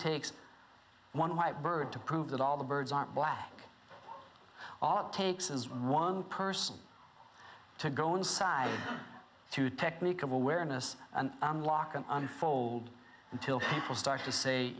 takes one white bird to prove that all the birds aren't black all it takes is one person to go inside through technique of awareness and walk and unfold until people start to say